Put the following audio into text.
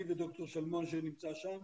אני וד"ר שלמון שנמצא שם,